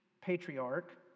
patriarch